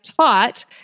taught